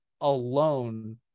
alone